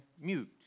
mute